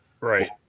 Right